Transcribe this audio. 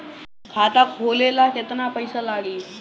खाता खोले ला केतना पइसा लागी?